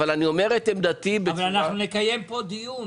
אבל אני אומר את עמדתי --- אנחנו נקיים פה דיון מעמיק.